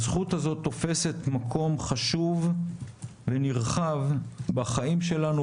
הזכות הזאת תופסת מקום חשוב ונרחב בחיים שלנו,